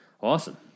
Awesome